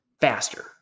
faster